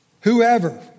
Whoever